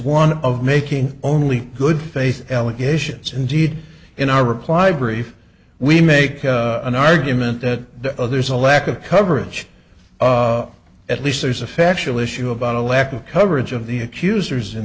one of making only good faith allegations indeed in our reply brief we make an argument that the other is a lack of coverage at least there's a factual issue about a lack of coverage of the accusers in